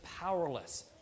powerless